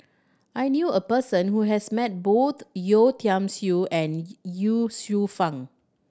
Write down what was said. I knew a person who has met both Yeo Tiam Siew and Ye Shufang